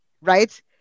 right